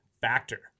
Factor